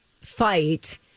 fight